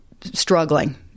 struggling